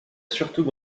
surtout